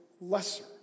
lesser